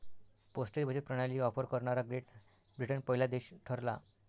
postage बचत प्रणाली offer करणारा ग्रेट ब्रिटन पहिला देश ठरला